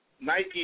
Nike